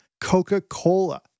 Coca-Cola